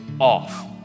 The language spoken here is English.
off